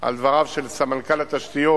על דבריו של סמנכ"ל התשתיות,